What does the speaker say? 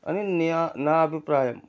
అనీ నా నా అభిప్రాయం